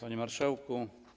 Panie Marszałku!